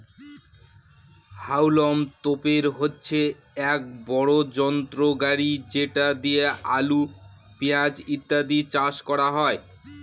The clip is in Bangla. হাউলম তোপের হচ্ছে এক বড় যন্ত্র গাড়ি যেটা দিয়ে আলু, পেঁয়াজ ইত্যাদি চাষ করা হয়